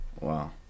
Wow